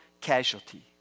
casualty